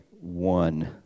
one